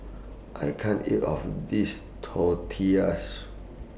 I can't eat All of This Tortillas